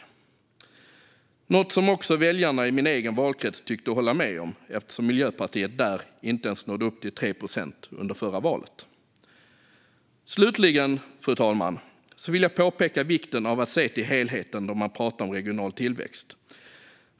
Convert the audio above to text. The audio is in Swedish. Det är något som också väljarna i min egen valkrets tycks hålla med om eftersom Miljöpartiet där inte ens nådde upp till 3 procent vid det förra valet. Slutligen, fru talman, vill jag påpeka vikten av att se till helheten då man pratar om regional tillväxt.